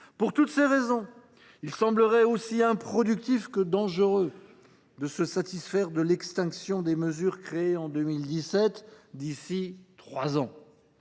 Pour toutes ces raisons, il semblerait aussi improductif que dangereux de se satisfaire de l’extinction des mesures créées en 2017 d’ici à trois ans.